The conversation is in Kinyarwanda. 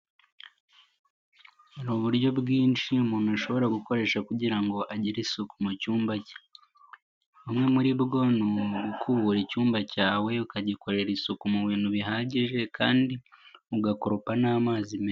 Ni uburyo bwinshi umuntu ashobora gukoresha ugira ngo agire isuku mu cyumba ke. Bumwe muri bwo ni ugukubura icyumba cyawe ukagikorera isuku mu bintu bihagije kandi ugakoropa n'amazi meza.